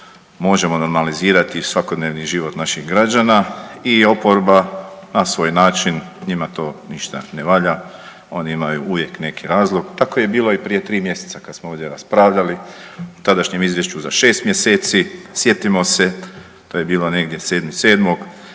možemo normalizirati svakodnevni život naših građana. I oporba na svoj način, njima to ništa ne valja, oni imaju uvijek neki razlog. Tako je bilo i prije tri mjeseca kada smo ovdje raspravljali o tadašnjem izvješću za 6 mjeseci. Sjetimo se to je bilo negdje 7.7.